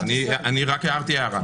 אני רק הערתי הערה.